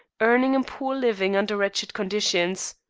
earning a poor living under wretched conditions.